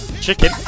chicken